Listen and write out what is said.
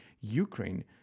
Ukraine